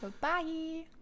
Bye